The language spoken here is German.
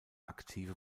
aktive